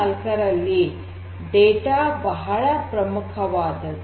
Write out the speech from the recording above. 0 ನಲ್ಲಿ ಡೇಟಾ ಬಹಳ ಪ್ರಮುಖವಾದದ್ದು